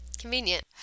convenient